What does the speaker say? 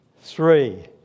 three